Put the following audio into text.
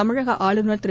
தமிழக ஆளுநர் திரு